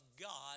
God